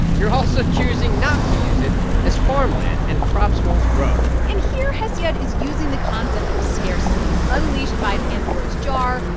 you're also choosing not to use it as farmland, and crops won't grow and here, hesiod is using the concept of scarcity, unleashed by pandora's jar,